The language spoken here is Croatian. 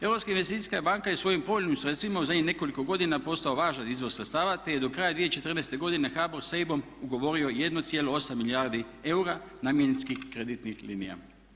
Europska investicijska banka je svojim povoljnim sredstvima u zadnjih nekoliko godina postao važan izvor sredstava, te je do kraja 2014. godine HBOR sa EIB-om ugovorio 1,8 milijardi eura namjenskih kreditnih linija.